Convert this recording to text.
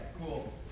cool